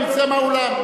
הוא יצא מהאולם,